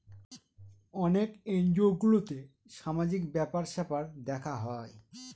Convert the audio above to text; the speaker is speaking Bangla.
অনেক এনজিও গুলোতে সামাজিক ব্যাপার স্যাপার দেখা হয়